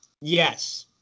Yes